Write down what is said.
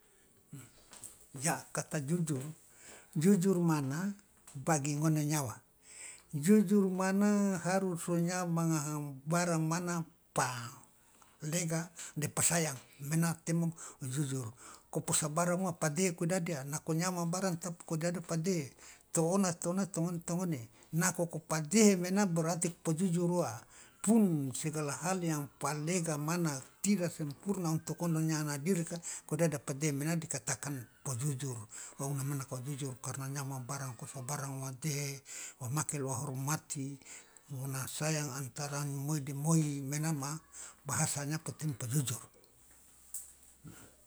Ya kata jujur jujur mana bagi ngone nyawa jujur mana harus o nyawa manga barang mana pa lega de pa sayang mena temo jujur nako posabarang wa padehe ko dadi nako nyawa manga barang padehe to ona to ona to ngone to ngone nako ko pa dehe mena berarti po jujur wa pun segala hal yang palega mana tidak sempurna untuk ona nyawa nanga dirika kodadi padehe mena dikatakan po jujur o una mena kao jujur karna nyawa manga barang o sabarang wa dehe wamake lo a hormati ona sayang antara moi de moi mena ma bahasa nyawa potemo po jujur.